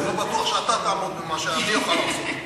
לא בטוח שאתה תעמוד במה שאני אוכל לעשות.